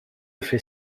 fait